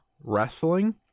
wrestling